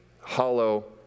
hollow